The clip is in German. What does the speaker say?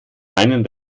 meinen